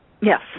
Yes